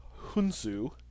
Hunsu